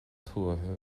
tuaithe